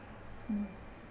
mm